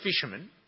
fishermen